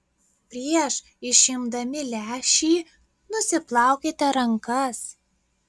prieš išimdami lęšį nusiplaukite rankas